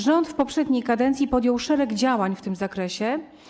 Rząd w poprzedniej kadencji podjął szereg działań w tym zakresie.